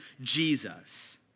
Jesus